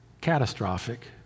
catastrophic